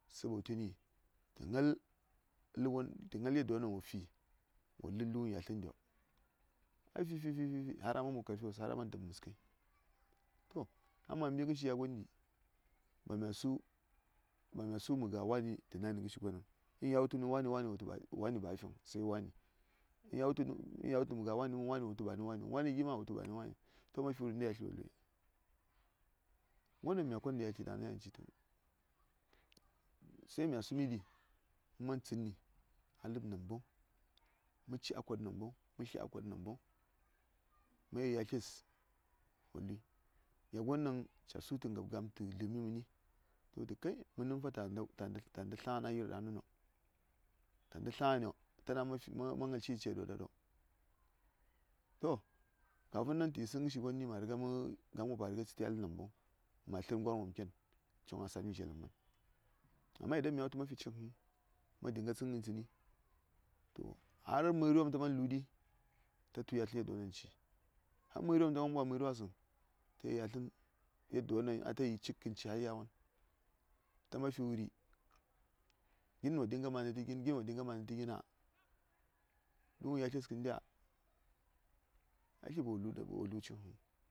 sabo təni tə ngal yaddiyo ɗaŋ wo fi wo lər lu ngən yatlən dyo a fi fi fi har a man mob karfi wos har a man dab məs kai to ma mbi ngə shi gon di ba mya su mə gon tə nai nə ngə shi go nəŋ in ca wutu nə wani wani wo wutu ba fiŋ se wani in ya wutu mə ga wani mən wani wutu ba nə waniŋ wani gi ma wo wutu ba waniŋ to ma fi wuri inta ya tli wo luye ngər won ɗaŋ mya kon ɗa yatli ɗaŋnin yan citu se mya sumi ɗi mə man tsədni a ləb namboŋ mə ci a kod namboŋ mə tlya a kod namboŋ ma yel yatles wo lui gya gon ɗaŋ ca su tə ngab gam tə ləmi məni ta wutu kai mənin ta nda tla ngən a yiro ta nda tla ngəniyo to ɗaŋnin ma ngal shi ce ɗo ɗa ɗo ,to kafin nan tə yi səŋ ngə shi gon di gam wo pa rige tsəti a ləb namboŋ mya tlər ngewar ngən wom ken choŋ wo sad mi zye ləm məni amma idan mya wutu ma fi cik vəuŋ ma dinga tsən ngən tsəni to har məri wom ta man luɗi ta tu yatli yaddiyo ɗaŋ ci har məri wom ta man ɓwa məri wa səŋ ta yel ya tlən yaddiyo ɗaŋ atayi yi cik kən ci har yawon ta ma fi wuri gin wo dinga mandə tə gin gin dinga mandə tə gina? lu ngən yatles ngən dya? ai ba wo lu cik vəuŋ.